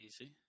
easy